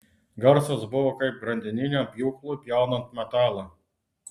garsas buvo kaip grandininiam pjūklui pjaunant metalą